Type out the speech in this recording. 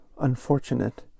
unfortunate